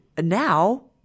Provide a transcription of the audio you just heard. now